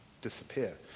disappear